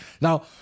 Now